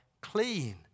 clean